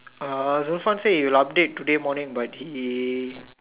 uh Zulfan said he'll update today morning but he